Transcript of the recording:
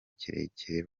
kirekire